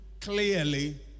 clearly